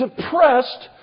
depressed